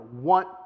want